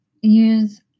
use